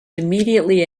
immediately